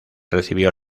recibió